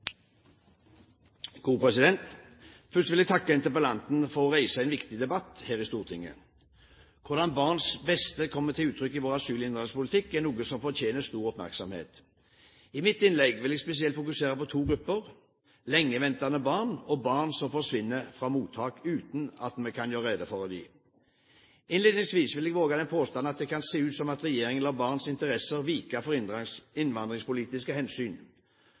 Først vil jeg takke interpellanten for å reise en viktig debatt her i Stortinget. Hvordan barns beste kommer til uttrykk i vår asyl- og innvandringspolitikk, er noe som fortjener stor oppmerksomhet. I mitt innlegg vil jeg spesielt fokusere på to grupper: lengeventende barn, og barn som forsvinner fra mottak uten at vi kan gjøre rede for dem. Innledningsvis vil jeg våge den påstand at det kan se ut som om regjeringen lar barns interesser vike for innvandringspolitiske hensyn.